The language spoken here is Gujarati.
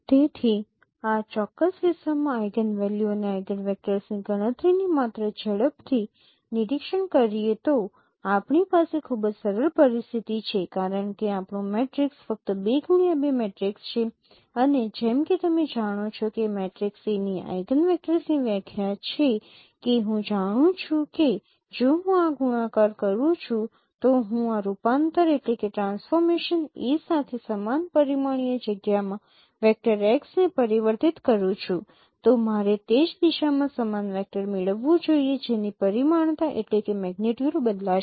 તેથી આ ચોક્કસ કિસ્સામાં આઇગનવેલ્યુ અને આઇગનવેક્ટર્સની ગણતરીની માત્ર ઝડપથી નિરીક્ષણ કરીએ તો આપણી પાસે ખૂબ જ સરળ પરિસ્થિતિ છે કારણ કે આપણો મેટ્રિક્સ ફક્ત 2x2 મેટ્રિક્સ છે અને જેમ કે તમે જાણો છો કે મેટ્રિક્સ A ની આઇગનવેક્ટર્સની વ્યાખ્યા છે કે હું જાણું છું કે જો હું આ ગુણાકાર કરું છું તો હું આ રૂપાંતર A સાથે સમાન પરિમાણીય જગ્યામાં વેક્ટર x ને પરિવર્તિત કરું છું તો મારે તે જ દિશામાં સમાન વેક્ટર મેળવવું જોઈએ જેની પરિમાણતા બદલાશે